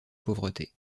pauvreté